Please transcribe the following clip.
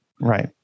Right